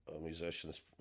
musicians